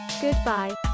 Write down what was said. goodbye